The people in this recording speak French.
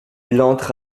entre